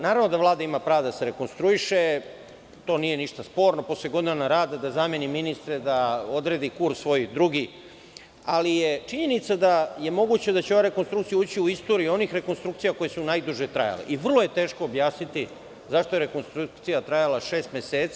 Naravno da Vlada ima prava da se rekonstruiše, to nije ništa sporno, posle godinu dana rada da zameni ministre, da odredi svoj drugi kurs, ali je činjenica da je moguće da će ova rekonstrukcija ući u istoriju onih rekonstrukcija koje su najduže trajale i vrlo je teško objasniti zašto je rekonstrukcija trajala šest meseci.